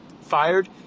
fired